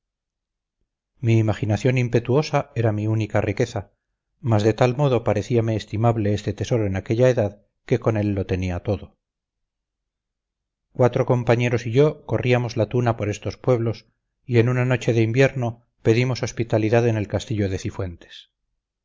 mi imaginación impetuosa era mi única riqueza mas de tal modo parecíame estimable este tesoro en aquella edad que con él lo tenía todo cuatro compañeros y yo corríamos la tuna por estos pueblos y en una noche de invierno pedimos hospitalidad en el castillo de cifuentes